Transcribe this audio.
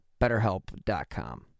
BetterHelp.com